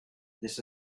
this